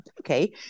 okay